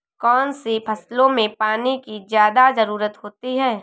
कौन कौन सी फसलों में पानी की ज्यादा ज़रुरत होती है?